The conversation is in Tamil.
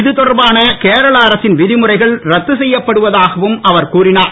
இது தொடர்பான கேரள அரசின் விதிமுறைகள் ரத்து செய்யப்படுவதாகவும் அவர் கூறினர்